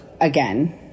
again